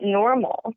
normal